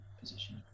position